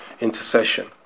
intercession